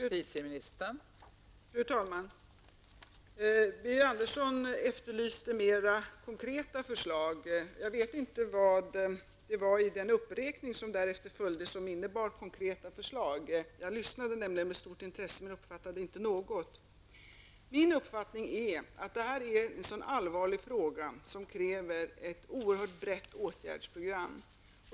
Fru talman! Birger Andersson efterlyste mera konkreta förslag. Jag vet inte vad i den uppräkning som därefter följde som innebar konkreta förslag. Jag lyssnade med stort intresse, men jag uppfattade inte något. Min uppfattning är att detta är en allvarlig fråga som kräver ett oerhört brett åtgärdsprogram.